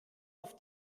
auf